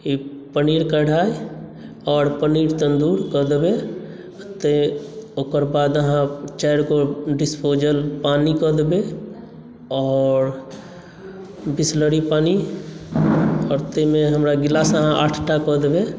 एक पनीर कढाई आओर पनीर तन्दूर कऽ देबै तऽ ओकर बाद आहाँ चारिगो डिस्पोजल पानी कऽ देबै और बिसलरी पानी आओर ताहि मे गिलास आहाँ आठ टा कऽ देबै